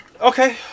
Okay